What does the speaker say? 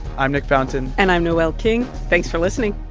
i'm nick fountain and i'm noel king. thanks for listening